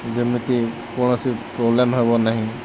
ଯେମିତି କୌଣସି ପ୍ରୋବ୍ଲେମ୍ ହେବ ନାହିଁ